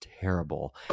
terrible